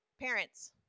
Parents